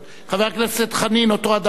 חבר הכנסת חנין, אותו הדבר.